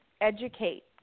educate